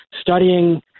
studying